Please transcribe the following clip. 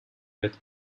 with